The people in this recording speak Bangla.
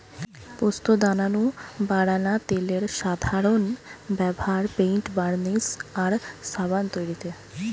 পোস্তদানা নু বারানা তেলের সাধারন ব্যভার পেইন্ট, বার্নিশ আর সাবান তৈরিরে